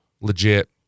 legit